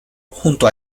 junto